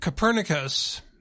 Copernicus